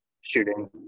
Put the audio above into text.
shooting